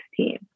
16